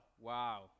Wow